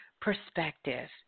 perspective